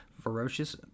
ferocious